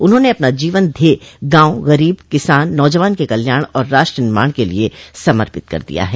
उन्होंने अपना जीवन ध्येय गांव गरीब किसान नौजवान के कल्याण और राष्ट्र निर्माण के लिये समर्पित कर दिया है